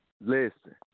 listen